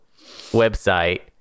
website